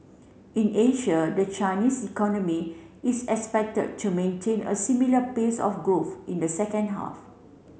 in Asia the Chinese economy is expected to maintain a similar pace of growth in the second half